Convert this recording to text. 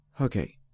Okay